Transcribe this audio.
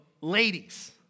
ladies